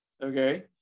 Okay